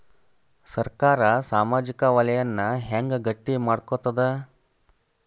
ಸರ್ಕಾರಾ ಸಾಮಾಜಿಕ ವಲಯನ್ನ ಹೆಂಗ್ ಗಟ್ಟಿ ಮಾಡ್ಕೋತದ?